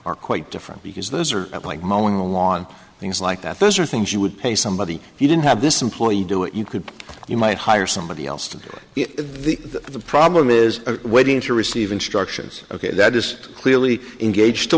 are quite different because those are like mowing the lawn things like that those are things you would pay somebody he didn't have this employee do it you could you might hire somebody else to do it the the problem is waiting to receive instructions ok that is clearly engaged to